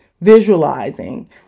visualizing